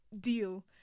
deal